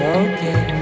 okay